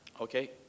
Okay